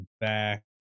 back